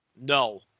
No